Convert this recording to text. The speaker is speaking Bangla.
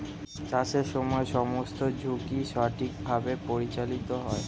চাষের সময় সমস্ত ঝুঁকি সঠিকভাবে পরিচালিত হয়